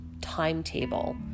timetable